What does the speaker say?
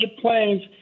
planes